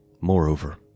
Moreover